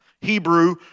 Hebrew